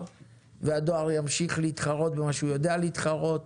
והדואר ימשיך להתחרות במה יודע להתחרות